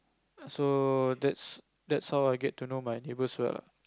so that's that's how I get to know my neighbors well ah